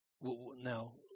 now